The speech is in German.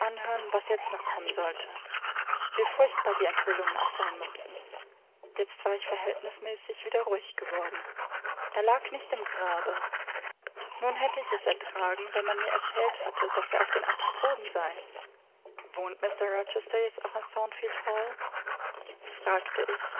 was jetzt noch kommen sollte wie furchtbar die enthüllungen auch sein mochten jetzt war ich verhältnismäßig wieder ruhig geworden er lag nicht im grabe nun hätte ich es ertragen wenn man mir erzählt hätte daß er auf den antipoden sei wohnt mr rochester jetzt auch in thornfield hall fragte ich